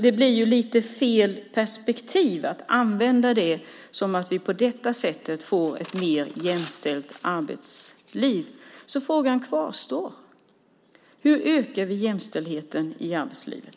Att påstå att vi på detta sätt får ett mer jämställt arbetsliv är fel perspektiv. Min fråga kvarstår alltså: Hur ökar vi jämställdheten i arbetslivet?